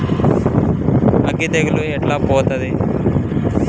అగ్గి తెగులు ఎట్లా పోతది?